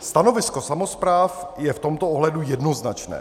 Stanovisko samospráv je v tomto ohledu jednoznačné.